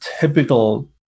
typical